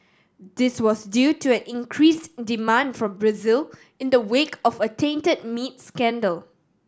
this was due to an increased demand from Brazil in the wake of a tainted meat scandal